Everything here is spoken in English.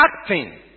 acting